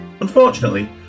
Unfortunately